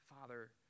Father